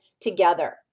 together